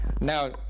Now